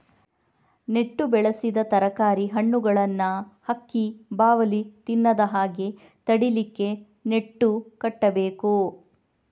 ನೆಟ್ಟು ಬೆಳೆಸಿದ ತರಕಾರಿ, ಹಣ್ಣುಗಳನ್ನ ಹಕ್ಕಿ, ಬಾವಲಿ ತಿನ್ನದ ಹಾಗೆ ತಡೀಲಿಕ್ಕೆ ನೆಟ್ಟು ಕಟ್ಬೇಕು